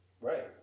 Right